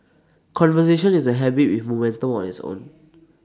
conversation is A habit with momentum of its own